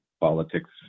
politics